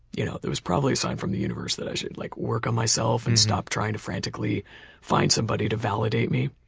you know it was probably a sign from the universe that i should like work on myself and stop trying to frantically find somebody to validate me.